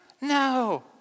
No